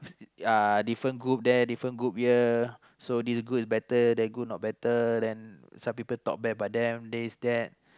ya different group there different group here so this group is better that group not better then some people talk bad about them there is that